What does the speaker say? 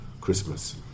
Christmas